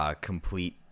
Complete